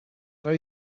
very